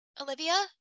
Olivia